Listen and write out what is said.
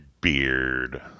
beard